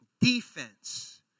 defense